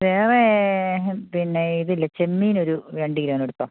വേറെ പിന്നെ ഇതില്ലേ ചെമ്മീൻ ഒരു രണ്ട് കിലോ ഒന്ന് എടുത്തോ